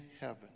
heaven